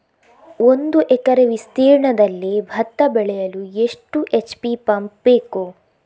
ಒಂದುಎಕರೆ ವಿಸ್ತೀರ್ಣದಲ್ಲಿ ಭತ್ತ ಬೆಳೆಯಲು ಎಷ್ಟು ಎಚ್.ಪಿ ಪಂಪ್ ಬೇಕು?